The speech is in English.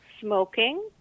smoking